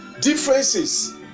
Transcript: differences